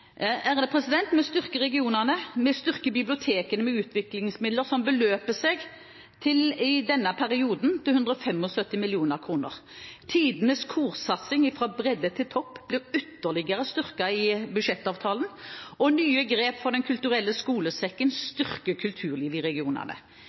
Vi styrker regionene. Vi styrker bibliotekene med utviklingsmidler som beløper seg til 175 mill. kr i denne perioden. Tidenes korsatsing, fra bredde til topp, blir ytterligere styrket i budsjettavtalen. Nye grep for Den kulturelle skolesekken styrker kulturlivet i regionene.